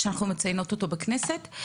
שאנחנו מציינות אותו בכנסת.